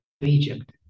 Egypt